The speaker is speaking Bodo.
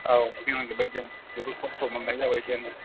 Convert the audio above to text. औ बुगिनांजोबबाय जों जोबोर खस्थ' मोननाय जाबाय जों